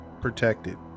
protected